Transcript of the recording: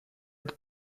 that